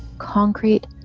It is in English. concrete,